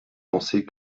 penser